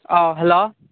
ꯑꯥ hello